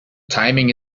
timing